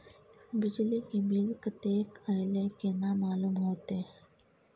बिजली के बिल कतेक अयले केना मालूम होते?